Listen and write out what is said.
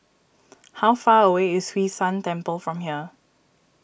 how far away is Hwee San Temple from here